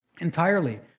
Entirely